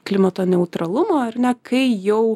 klimato neutralumo ar ne kai jau